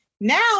Now